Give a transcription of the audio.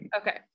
Okay